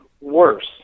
worse